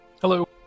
Hello